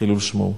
חילול שמו.